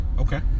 Okay